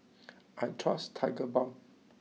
I trust Tigerbalm